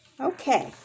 Okay